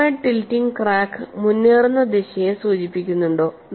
forward tilting crack മുന്നേറുന്ന ദിശയെ സൂചിപ്പിക്കുന്നുണ്ടോ